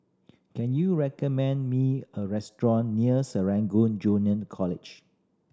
can you recommend me a restaurant near Serangoon Junior College